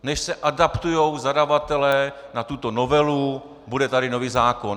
Než se adaptují zadavatelé na tuto novelu, bude tady nový zákon.